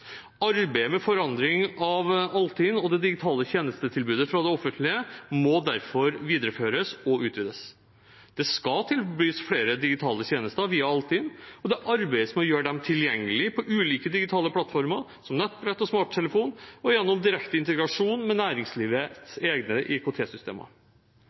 Arbeidet med forandring av Altinn og det digitale tjenestetilbudet fra det offentlige må derfor videreføres og utvides. Det skal tilbys flere digitale tjenester via Altinn, og det arbeides med å gjøre dem tilgjengelige på ulike digitale plattformer, som nettbrett og smarttelefon, og gjennom direkte integrasjon med